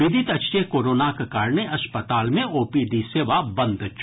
विदित अछि जे कोरोनाक कारणे अस्पताल मे ओपीडी सेवा बंद छल